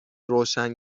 روشن